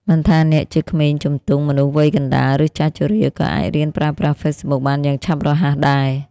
មិនថាអ្នកជាក្មេងជំទង់ មនុស្សវ័យកណ្តាល ឬចាស់ជរា ក៏អាចរៀនប្រើប្រាស់ Facebook បានយ៉ាងឆាប់រហ័សដែរ។